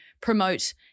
promote